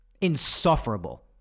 insufferable